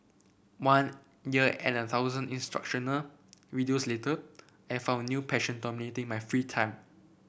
one year and a thousand instructional videos later I found a new passion dominating my free time